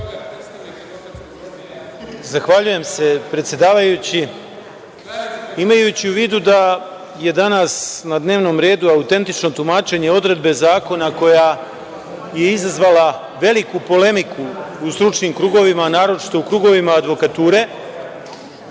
Zahvaljujem se predsedavajući. Imajući u vidu da je danas na dnevnom redu Autentično tumačenje odredbe zakona, koja je izazvala veliku polemiku u stručnim krugovima, naročito u krugovima advokature